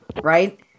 right